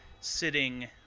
sitting